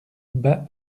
bas